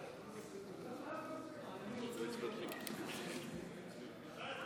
חוק לתיקון